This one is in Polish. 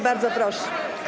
Bardzo proszę.